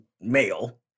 male